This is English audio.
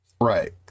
right